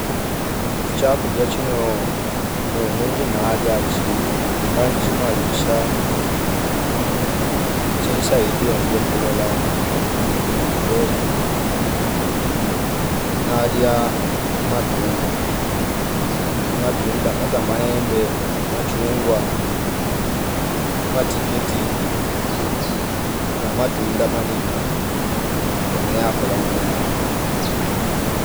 Ichakulia chino ne- nengi nawalia chi nganjima lisha nji nsaidia nge nkulola ningo ndinalia matunda, matunda ngata maembe, machungwa, matikiti na matunda manina ene yakola mema yae